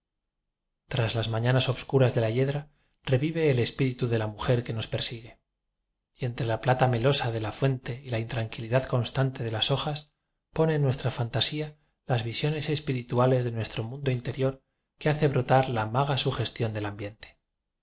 tras las maña nas obscuras de la yedra revive el espíritu de la mujer que nos persigue y entre la plata melosa de la fuente y la intranquilidad constante de las hojas pone nuestra fantasía las visiones espirituales de nuestro mundo interior que hace brotar la maga sugestión del ambiente